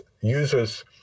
users